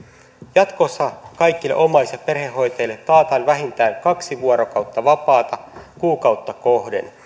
jatkossa kaikille omais ja perhehoitajille taataan vähintään kaksi vuorokautta vapaata kuukautta kohden